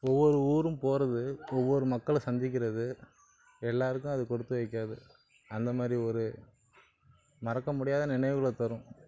ஒவ்வொரு ஊரும் போகிறது ஒவ்வொரு மக்களை சந்திக்கிறது எல்லாருக்கும் அது கொடுத்து வைக்காது அந்த மாதிரி ஒரு மறக்க முடியாத நினைவுகளை தரும்